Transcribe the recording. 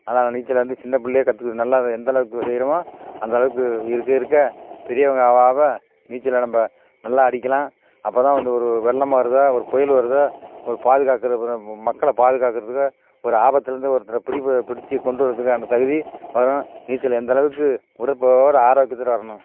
அதனால் நீச்சல் வந்து சின்னப்பிள்ளையிலே கற்றுக்கறதுனால அது எந்தளவுக்கு செய்கிறோமோ அந்தளவுக்கு இருக்க இருக்க பெரியவங்கள் ஆக ஆக நீச்சலை நம்ம நல்லா அடிக்கலாம் அப்போ தான் வந்து ஒரு வெள்ளம் வருதோ ஒரு புயல் வருதோ ஒரு பாதுகாக்கிறதுக்கு மக்களை பாதுகாக்கிறதுக்காக ஒரு ஆபத்திலேருந்து ஒருத்தரை பிடி ப பிடித்து கொண்டு வரதுக்கான தகுதி வரும் நீச்சல் எந்தளவுக்கு உடல் பவர் ஆரோக்கியத்துக்கு காரணம்